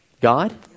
God